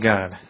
God